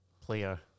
player